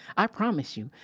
i promise you,